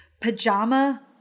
pajama